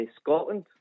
Scotland